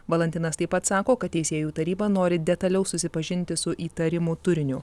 valantinas taip pat sako kad teisėjų taryba nori detaliau susipažinti su įtarimų turiniu